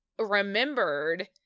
remembered